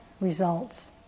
results